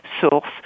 source